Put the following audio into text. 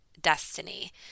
destiny